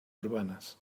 urbanas